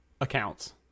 accounts